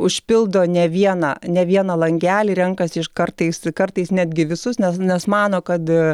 užpildo ne vieną ne vieną langelį renkasi iš kartais kartais netgi visus nes nes mano kad